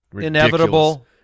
Inevitable